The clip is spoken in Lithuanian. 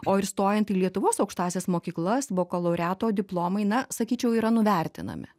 o ir stojant į lietuvos aukštąsias mokyklas bakalaureato diplomai na sakyčiau yra nuvertinami